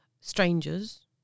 strangers